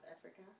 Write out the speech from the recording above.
Africa